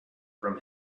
from